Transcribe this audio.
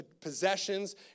possessions